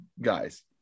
guys